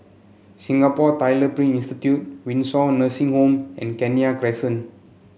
Singapore Tyler Print Institute Windsor Nursing Home and Kenya Crescent